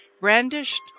Brandished